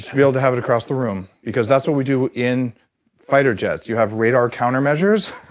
should be able to have it across the room because that's what we do in fighter jets. you have radar countermeasures.